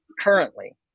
currently